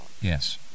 Yes